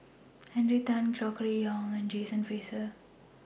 Henry Tan Gregory Yong and John Fraser